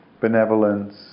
benevolence